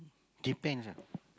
K thanks ah